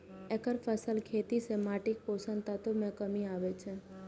एकफसला खेती सं माटिक पोषक तत्व मे कमी आबै छै